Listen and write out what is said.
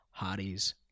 hotties